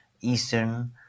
Eastern